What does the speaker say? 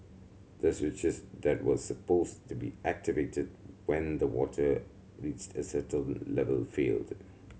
the switches that were supposed to be activated when the water reached a certain level failed